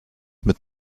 mit